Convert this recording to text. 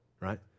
right